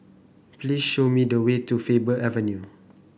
please show me the way to Faber Avenue